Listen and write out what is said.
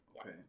Okay